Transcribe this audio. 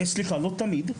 סליחה לא תמיד,